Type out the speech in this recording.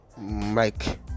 Mike